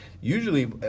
usually